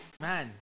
Man